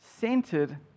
centered